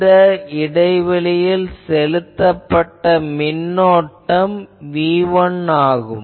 இந்த இடைவெளியில் செலுத்தப்பட்ட மின்னோட்டம் Vi ஆகும்